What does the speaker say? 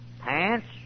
pants